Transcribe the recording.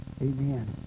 Amen